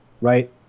right